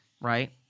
right